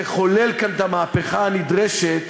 יחולל כאן את המהפכה הנדרשת,